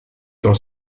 dans